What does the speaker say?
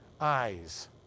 eyes